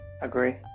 Agree